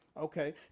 Okay